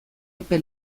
epe